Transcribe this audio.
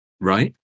Right